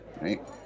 right